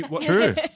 True